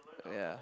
ya